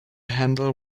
handle